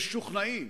משוכנעים